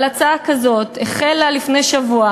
אבל הצעה כזאת החלה להידון לפני שבוע